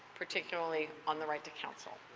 particularly on the right to counsel.